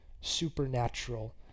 supernatural